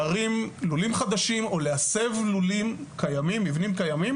להרים לולים חדשים או להסב מבנים קיימים